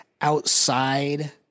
outside